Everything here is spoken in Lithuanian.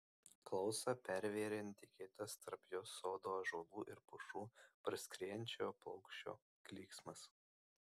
klausą pervėrė netikėtas tarp jos sodo ąžuolų ir pušų praskriejančio paukščio klyksmas